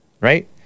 right